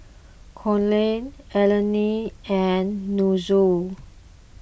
Konner Alani and Nunzio